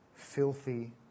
Filthy